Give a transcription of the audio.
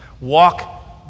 walk